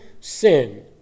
sin